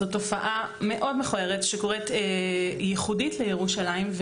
זו תופעה מאוד מכוערת שקורית באופן ייחודי בירושלים.